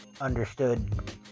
understood